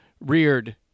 reared